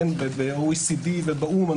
ב-OECD ובאו"ם,